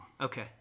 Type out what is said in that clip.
Okay